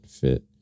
fit